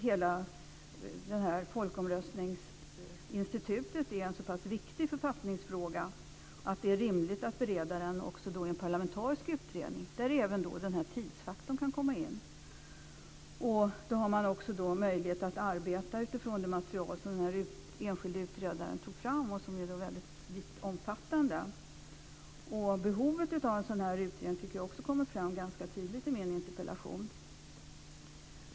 Hela folkomröstningsinstitutet är en så pass viktig författningsfråga att det är rimligt att man bereder den också i en parlamentarisk utredning, där även tidsfaktorn kan komma in. Då får man också möjlighet att arbeta utifrån det vitt omfattande material som den enskilde utredaren tog fram. Behovet av en sådan utredning framkommer ganska tydligt i min interpellation.